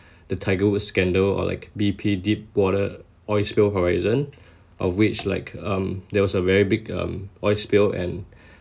the tiger wood's scandal or like B_P deep water oil spill horizon of which like um there was a very big um oil spill and